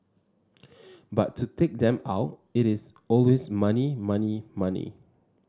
but to take them out it is always money money money